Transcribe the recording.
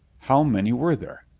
how many were there?